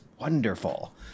wonderful